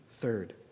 Third